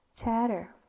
chatter